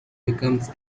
becomes